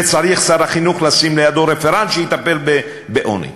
שר החינוך צריך לשים לידו רפרנט שיטפל בעוני,